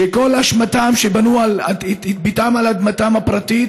שכל אשמתם, שבנו את ביתם על אדמתם הפרטית